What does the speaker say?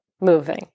moving